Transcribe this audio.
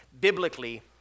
biblically